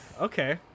Okay